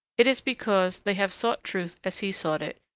it is because they have sought truth as he sought it,